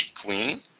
queen